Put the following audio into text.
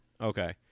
Okay